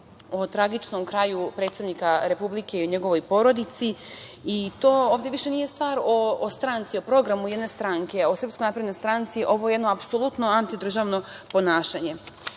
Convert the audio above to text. o tragičnom kraju predsednika Republike i o njegovoj porodici. Ovde više nije stvar o stranci, o programu jedne stranke, o SNS, ovo je jedno apsolutno antidržavno ponašanje.